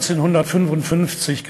של שישה מיליון יהודים.